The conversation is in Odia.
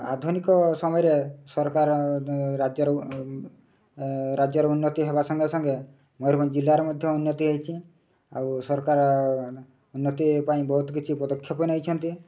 ଆଧୁନିକ ସମୟରେ ସରକାର ରାଜ୍ୟର ରାଜ୍ୟର ଉନ୍ନତି ହେବା ସଙ୍ଗେ ସଙ୍ଗେ ମୟୂରଭଞ୍ଜ ଜିଲ୍ଲାରେ ମଧ୍ୟ ଉନ୍ନତି ହେଇଛି ଆଉ ସରକାର ଉନ୍ନତି ପାଇଁ ବହୁତ କିଛି ପଦକ୍ଷେପ ନେଇଛନ୍ତି